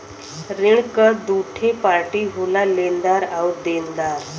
ऋण क दूठे पार्टी होला लेनदार आउर देनदार